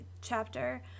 chapter